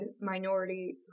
minority